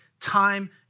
time